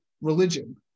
religion